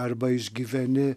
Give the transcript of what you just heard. arba išgyveni